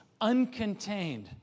uncontained